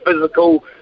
physical